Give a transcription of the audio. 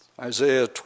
Isaiah